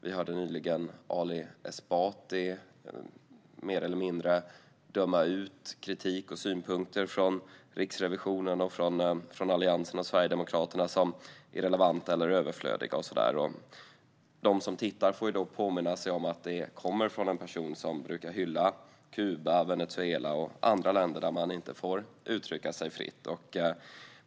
Vi hörde nyligen Ali Esbati mer eller mindre döma ut kritik och synpunkter från Riksrevisionen, från Alliansen och från Sverigedemokraterna som irrelevanta eller överflödiga. De som tittar får påminna sig om att detta kommer från en person som brukar hylla Kuba, Venezuela och andra länder där man inte får uttrycka sig fritt.